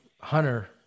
Hunter